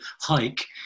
hike